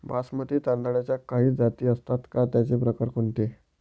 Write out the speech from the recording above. बासमती तांदळाच्या काही जाती असतात का, त्याचे प्रकार कोणते?